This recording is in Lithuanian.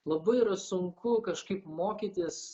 labai yra sunku kažkaip mokytis